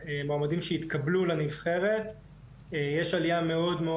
המועמדים וגם בכמות מעמדים שהתקבלו לנבחרת יש עליה מאוד מאוד